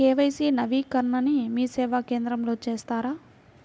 KYC నవీకరణని మీసేవా కేంద్రం లో చేస్తారా?